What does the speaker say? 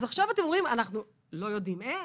אז עכשיו אתם אומרים: אנחנו לא יודעים איך?